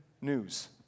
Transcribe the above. news